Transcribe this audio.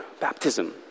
baptism